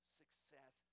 success